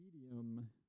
medium